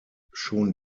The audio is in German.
schon